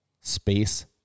Space